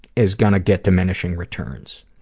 is going to get diminishing returns.